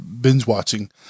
binge-watching